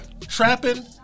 trapping